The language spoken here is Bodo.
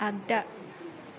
आग्दा